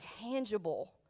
tangible